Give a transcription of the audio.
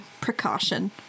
precaution